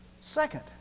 Second